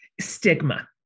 stigma